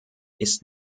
ist